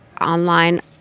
online